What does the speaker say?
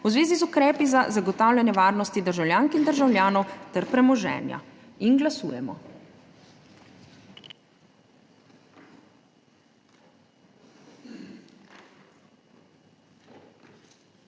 v zvezi z ukrepi za zagotavljanje varnosti državljank in državljanov ter premoženja. Glasujemo.